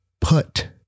put